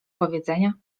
powiedzenia